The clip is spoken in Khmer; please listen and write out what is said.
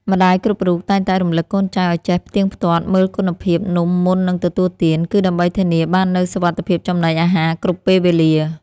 ម្ដាយគ្រប់រូបតែងតែរំលឹកកូនចៅឱ្យចេះផ្ទៀងផ្ទាត់មើលគុណភាពនំមុននឹងទទួលទាន គឺ ដើម្បីធានាបាននូវសុវត្ថិភាពចំណីអាហារគ្រប់ពេលវេលា។